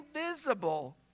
invisible